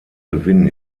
gewinn